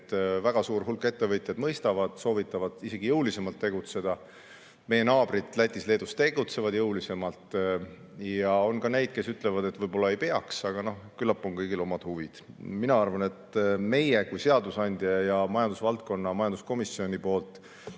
väga suur hulk ettevõtjaid mõistavad ja soovitavad isegi jõulisemalt tegutseda. Meie naabrid Lätis ja Leedus tegutsevad jõulisemalt. Ja on ka neid, kes ütlevad, et võib-olla ei peaks, aga küllap on kõigil omad huvid. Mina arvan, et meie kui seadusandja ja majandusvaldkonna ja majanduskomisjoni soov